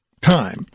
time